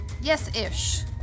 yes-ish